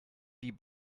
wie